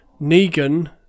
Negan